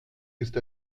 ist